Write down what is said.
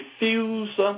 refuse